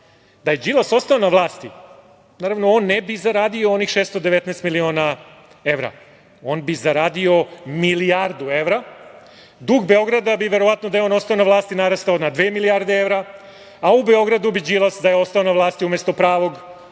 Da je Đilas ostao na vlasti, naravno, on ne bi zaradio onih 619 miliona evra, on bi zaradio milijardu evra, dug Beograda bi verovatno, da je on ostao na vlasti, narastao na dve milijarde evra, a u Beogradu bi Đilas, da je ostao na vlasti, umesto pravog